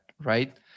right